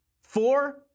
four